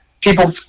People